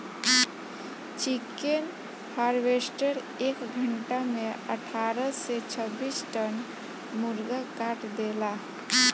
chicken harvester एक घंटा में अठारह से छब्बीस टन मुर्गा काट देला